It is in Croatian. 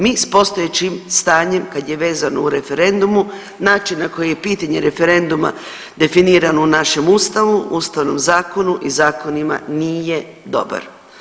Mi s postojećim stanjem kad je vezano u referendumu način na koji je pitanje referenduma definirano u našem Ustavu, Ustavnom zakonu i zakonima nije dobar.